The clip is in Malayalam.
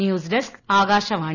news desk Akashvani